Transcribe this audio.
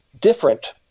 different